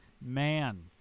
man